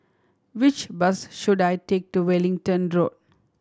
which bus should I take to Wellington Road